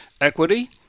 equity